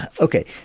Okay